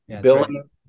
Billing